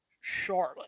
Charlotte